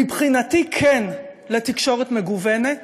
מבחינתי כן לתקשורת מגוונת